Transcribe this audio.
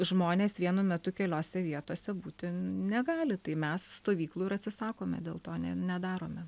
žmonės vienu metu keliose vietose būti negali tai mes stovyklų ir atsisakome dėl to nedarome